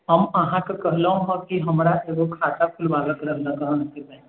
हम अहाँकेॅं कहलहुॅं हँ कि हमरा एगो खाता खुलेबाक रहय अहाँके बैंक मे